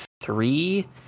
three